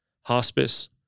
hospice